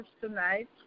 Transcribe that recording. tonight